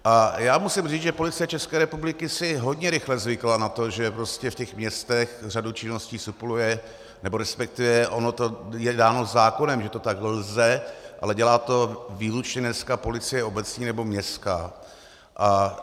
A já musím říct, že Policie České republiky si hodně rychle zvykla na to, že v těch městech řadu činností supluje, nebo respektive ono to je dáno zákonem, že to tak lze, ale dělá to výlučně dneska policie obecní nebo městská.